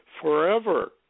forever